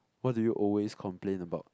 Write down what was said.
what do you always complain about